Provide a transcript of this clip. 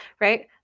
Right